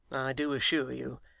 do assure you.